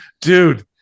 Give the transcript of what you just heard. dude